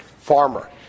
farmer